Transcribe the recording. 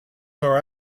our